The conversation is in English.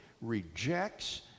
rejects